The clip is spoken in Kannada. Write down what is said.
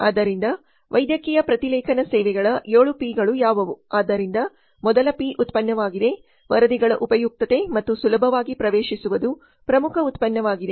ಆದ್ದರಿಂದ ವೈದ್ಯಕೀಯ ಪ್ರತಿಲೇಖನ ಸೇವೆಗಳ 7 ಪಿ ಗಳು ಯಾವುವು ಆದ್ದರಿಂದ ಮೊದಲ ಪಿ ಉತ್ಪನ್ನವಾಗಿದೆ ವರದಿಗಳ ಉಪಯುಕ್ತತೆ ಮತ್ತು ಸುಲಭವಾಗಿ ಪ್ರವೇಶಿಸುವುದು ಪ್ರಮುಖ ಉತ್ಪನ್ನವಾಗಿದೆ